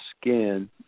skin